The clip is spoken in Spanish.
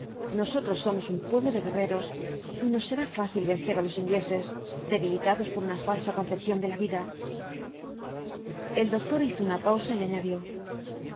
nosotros somos un pueblo de guerreros y nos será fácil vencer á los ingleses debilitados por una falsa concepción de la vida ea doctor hizo una pausa y añadió